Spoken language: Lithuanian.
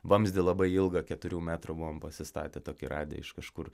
vamzdį labai ilgą keturių metrų buvom pasistatę tokį radę iš kažkur